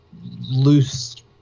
loose